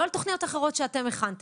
לא על תוכניות אחרות שהכנתן.